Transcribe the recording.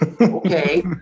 okay